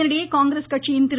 இதனிடையே காங்கிரஸ் கட்சியின் திரு